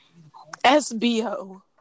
SBO